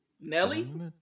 Nelly